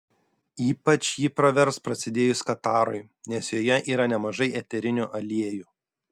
ypač ji pravers prasidėjus katarui nes joje yra nemažai eterinių aliejų